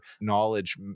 knowledge